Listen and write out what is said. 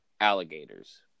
alligators